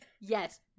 yes